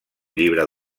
llibre